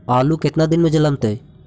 आलू केतना दिन में जलमतइ?